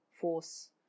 force